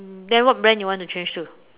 then what brand you want to change to